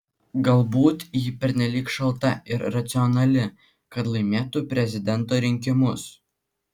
galbūt ji pernelyg šalta ir racionali kad laimėtų prezidento rinkimus